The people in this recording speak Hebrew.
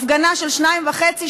הפגנה של שניים וחצי,